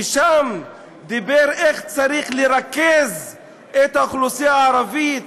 ושם דיבר על איך צריך לרכז את האוכלוסייה הערבית